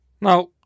Now